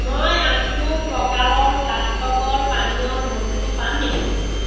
মই আনটো প্ৰকাৰৰ স্বাস্থ্যকৰ পানীয়ৰ বস্তু পাম নেকি